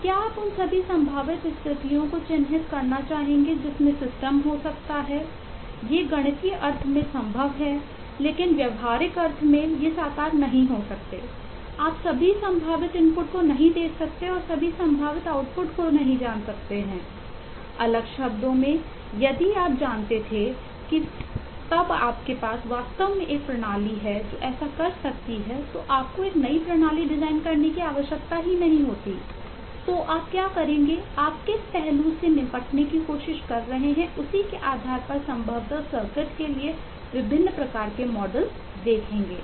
और क्या आप उन सभी संभावित स्थितियों को चिह्नित करना चाहेंगे जिसमें सिस्टम के लिए विभिन्न प्रकार के मॉडल देखेंगे